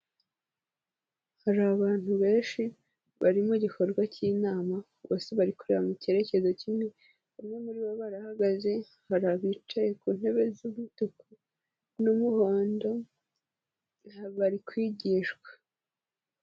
Hari abantu benshi, bari mu gikorwa cy'inama, bose bari kureba mu cyerekezo kimwe, bamwe muri bo barahagaze, hari abicaye ku ntebe z'umutuku n'umuhondo, bari kwigishwa.